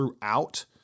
throughout